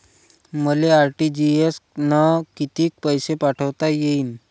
मले आर.टी.जी.एस न कितीक पैसे पाठवता येईन?